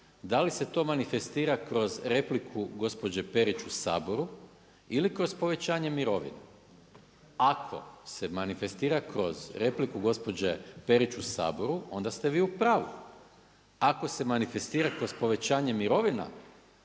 da li se to manifestira kroz repliku gospođe Perić u Saboru ili kroz povećanje mirovine? Ako se manifestira kroz repliku gospođe Perić u Saboru onda ste vi u pravu, ako se manifestira kroz povećanje mirovina